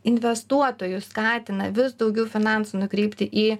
investuotojus skatina vis daugiau finansų nukreipti į